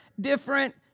different